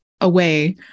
away